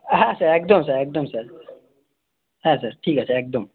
হ্যাঁ স্যার একদম স্যার একদম স্যার হ্যাঁ স্যার ঠিক আছে একদম